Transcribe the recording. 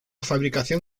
fabricación